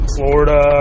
Florida